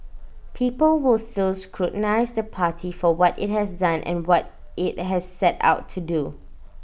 people will still scrutinise the party for what IT has done and what IT has set out to do